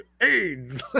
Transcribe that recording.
AIDS